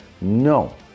no